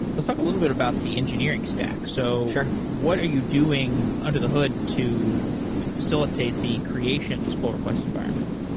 let's talk a little bit about the engineering stack. so what are you doing under the hood to to facilitate the creation of these pull request environments?